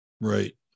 Right